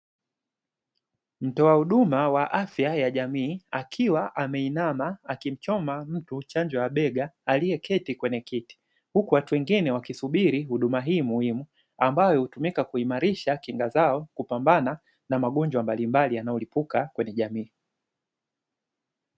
Mtoa huduma wa afya ya jamii akiwa ameinama akimchoma mtu chanjo ya bega aliyeketi kwenye kiti, huku watu wengine wakisubiri huduma hii muhimu ambayo hutumika kuimarisha kinga zao, kupambana na magonjwa mbalimbali yanayo lipuka kwenye jamii.